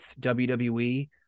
WWE